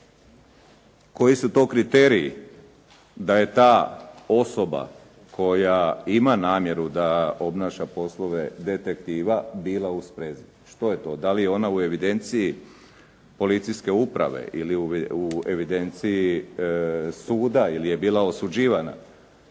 koji su to kriteriji da je ta osoba koja ima namjeru da obnaša poslove detektiva bila u sprezi? Što je to? Da li je ona u evidenciji policijske uprave, ili u evidenciji suda ili je bila osuđivanja?